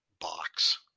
box